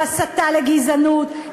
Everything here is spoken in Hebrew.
להסתה לגזענות,